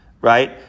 right